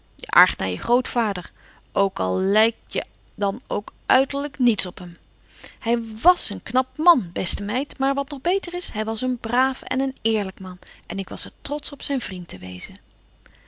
je grootvader al lijkt je dan ook uiterlijk niets op hem hij was een knap man beste meid maar wat nog beter is hij was een braaf en een eerlijk man en ik was er trotsch op zijn vriend te wezen